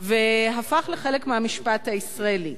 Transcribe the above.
והפך לחלק מהמשפט הישראלי.